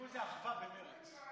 ועדת הכספים.